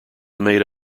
made